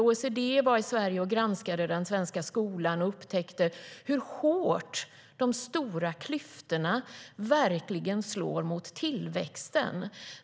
OECD har varit i Sverige och granskat den svenska skolan och upptäckte då hur hårt de stora klyftorna verkligen slår mot tillväxten.